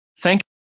Thank